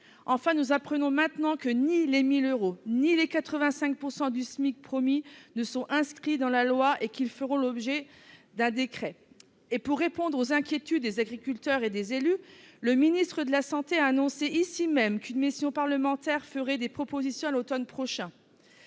Enfin, nous apprenons maintenant que ni les 1 000 euros ni les 85 % du SMIC promis ne sont inscrits dans la loi et qu'ils feront l'objet d'un décret. Pour répondre aux inquiétudes des agriculteurs et des élus, le ministre de la santé a annoncé ici même qu'une mission parlementaire ferait des propositions à l'automne prochain.